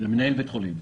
מנהל בית החולים.